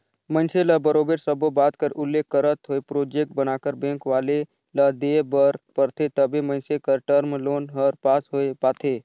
मइनसे ल बरोबर सब्बो बात कर उल्लेख करत होय प्रोजेक्ट बनाकर बेंक वाले ल देय बर परथे तबे मइनसे कर टर्म लोन हर पास होए पाथे